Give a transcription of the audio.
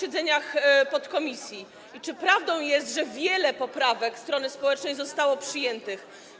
I czy prawdą jest, że wiele poprawek strony społecznej zostało przyjętych?